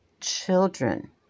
Children